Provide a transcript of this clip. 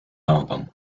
album